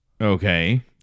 okay